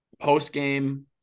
post-game